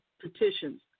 petitions